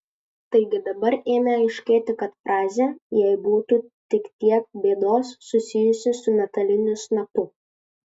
taigi dabar ėmė aiškėti kad frazė jei būtų tik tiek bėdos susijusi su metaliniu snapu